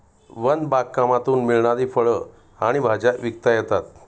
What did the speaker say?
one बागकामातून मिळणारी फळं आणि भाज्या विकता येतात